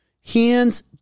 Hands